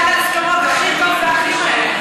עם משרד הבריאות אני מגיעה להסכמות הכי טוב והכי מהר.